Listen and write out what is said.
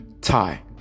tie